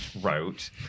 wrote